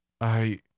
I